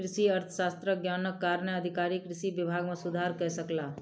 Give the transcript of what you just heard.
कृषि अर्थशास्त्रक ज्ञानक कारणेँ अधिकारी कृषि विभाग मे सुधार कय सकला